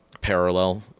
parallel